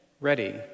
ready